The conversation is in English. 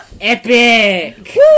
epic